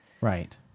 Right